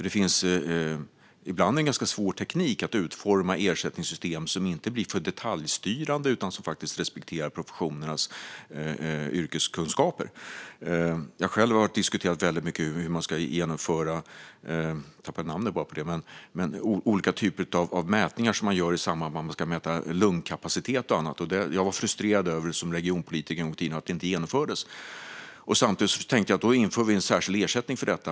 Det är en ganska svår teknik att utforma ersättningssystem som inte blir för detaljstyrande utan som respekterar professionernas yrkeskunskaper. Jag har själv varit med och diskuterat ersättningar för olika typer av mätningar av bland annat lungkapacitet. Som regionpolitiker var jag frustrerad över att det inte infördes och tänkte att vi då skulle införa en särskild ersättning för det.